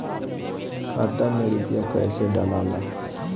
खाता में रूपया कैसे डालाला?